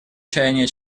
чаяния